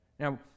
Now